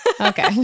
okay